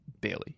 Bailey